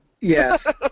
Yes